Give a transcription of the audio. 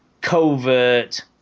covert